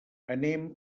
anem